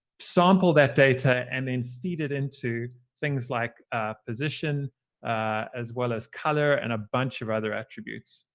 sample that data, and then feed it into things like position as well as color and a bunch of other attributes.